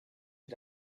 ihr